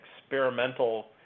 experimental